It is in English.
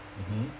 mmhmm